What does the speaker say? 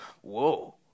whoa